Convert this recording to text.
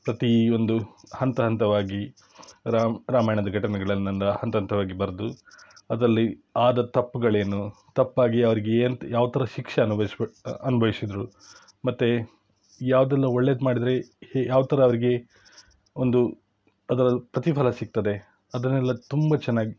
ಪ್ರತಿ ಒಂದು ಹಂತ ಹಂತವಾಗಿ ರಾಮ ರಾಮಾಯಣದ ಘಟನೆಗಳನ್ನೆಲ್ಲ ಹಂತ ಹಂತವಾಗಿ ಬರೆದು ಅದರಲ್ಲಿ ಆದ ತಪ್ಪುಗಳೇನು ತಪ್ಪಾಗಿ ಅವ್ರಿಗೇನು ಯಾವ ಥರ ಶಿಕ್ಷೆ ಅನುಭವಿಸಿ ಅನುಭವಿಸಿದ್ರು ಮತ್ತು ಯಾವುದೆಲ್ಲ ಒಳ್ಳೇದು ಮಾಡಿದರೆ ಹೆ ಯಾವ ಥರ ಅವರಿಗೆ ಒಂದು ಅದರ ಪ್ರತಿಫಲ ಸಿಗ್ತದೆ ಅದನ್ನೆಲ್ಲ ತುಂಬ ಚೆನ್ನಾಗಿ